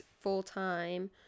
full-time